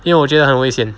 因为我觉得很危险